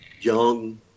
young